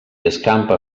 escampa